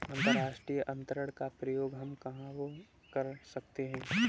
अंतर्राष्ट्रीय अंतरण का प्रयोग हम कब कर सकते हैं?